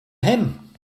him